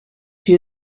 she